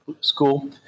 school